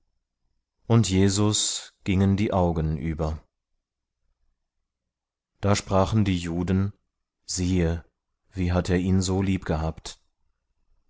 und jesus gingen die augen über da sprachen die juden siehe wie hat er ihn so liebgehabt